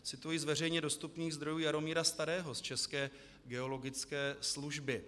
Cituji z veřejně dostupných zdrojů Jaromíra Starého z České geologické služby.